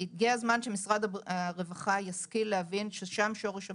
הגיע הזמן שמשרד הרווחה ישכיל להבין ששם שורש הבעיה.